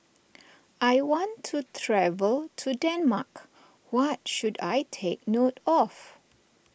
I want to travel to Denmark what should I take note of